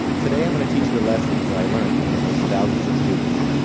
today, i'm going to teach you the lessons i learned from those thousands of students,